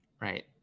Right